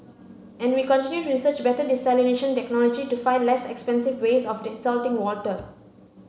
and we continue to research better desalination technology to find less expensive ways of desalting water